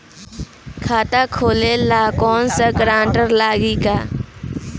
खाता खोले ला कौनो ग्रांटर लागी का?